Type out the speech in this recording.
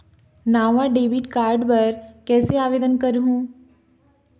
नावा debit card बर कैसे आवेदन करहूं?